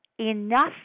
enough